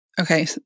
Okay